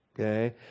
Okay